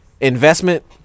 investment